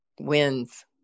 wins